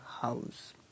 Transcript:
house